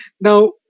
Now